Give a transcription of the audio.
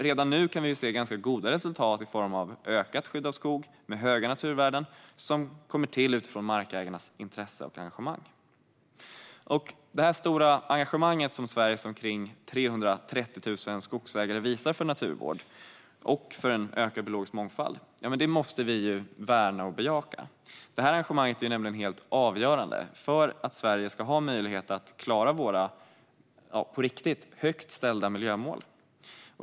Redan nu kan vi se ganska goda resultat i form av ökat skydd av skog med höga naturvärden som kommer till utifrån markägarnas intresse och engagemang. Det stora engagemang som Sveriges omkring 330 000 skogsägare visar för naturvård och ökad biologisk mångfald måste vi värna och bejaka. Detta engagemang är nämligen helt avgörande för att Sverige ska ha möjlighet att klara sina högt ställda miljömål.